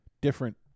different